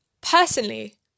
Personally